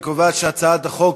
אני קובע שהצעת החוק